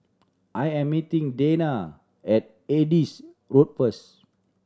I am meeting Dana at Adis Road first